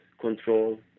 control